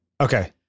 Okay